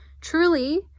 truly